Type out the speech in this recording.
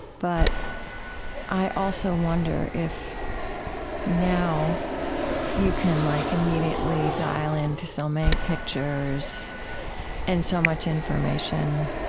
but i also wonder if now you can like immediately dial into so many pictures and so much information,